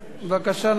בבקשה.